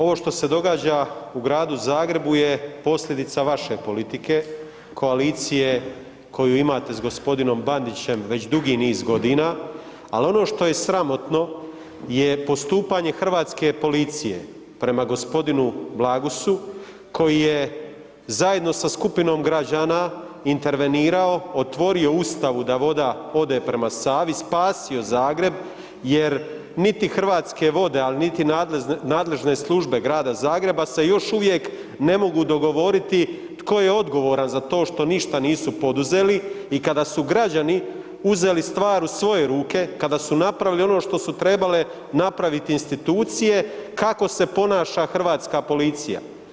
Ovo što se događa u Gradu Zagrebu je posljedica vaše politike, koalicije koju imate s gospodinom Bandićem već dugi niz godina, ali ono što je sramotno je postupanje Hrvatske policije prema gospodinu Blagusu koji je zajedno sa skupinom građana intervenirao, otvorio Ustavu da voda ode prema Savi, spasio Zagreb jer niti Hrvatske vode, a niti nadležne službe Grada Zagreba se još uvijek ne mogu dogovoriti tko je odgovoran za to što ništa nisu poduzeli i kada su građani uzeli stvar u svoje ruke, kada su napravili on što su trebale napraviti institucije kako se ponaša hrvatska policija.